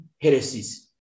heresies